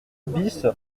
bis